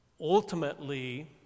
ultimately